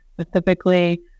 specifically